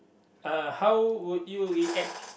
uh how would you react